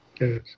Yes